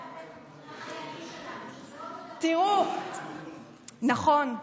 לחיילים שלנו, שזה עוד יותר, נכון.